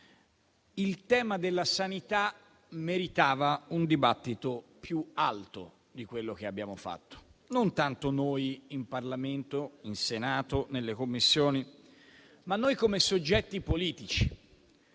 il tema della sanità meritava un dibattito più alto di quello che abbiamo fatto, non tanto noi in Parlamento, in Senato, nelle Commissioni, ma noi come soggetti politici.